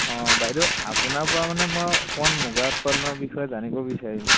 অঁ বাইদেউ আপোনাৰ পৰা মানে মই অকণমান মূগা উৎপাদনৰ বিষয়ে জানিব বিচাৰিছোঁ